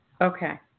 Okay